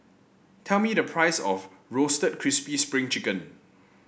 tell me the price of Roasted Crispy Spring Chicken